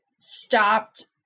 stopped